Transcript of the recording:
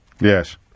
Yes